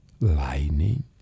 lightning